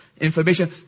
information